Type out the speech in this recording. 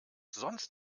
sonst